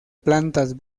plantas